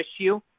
issue